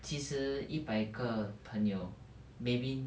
其实一百个朋友 maybe